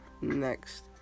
next